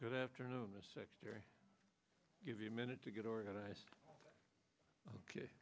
good afternoon mr secretary give you a minute to get organized ok